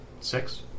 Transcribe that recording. six